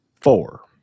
Four